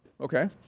Okay